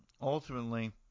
ultimately